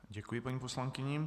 Děkuji paní poslankyni.